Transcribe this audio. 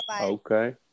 Okay